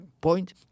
point